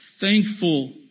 thankful